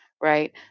right